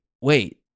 wait